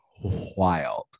wild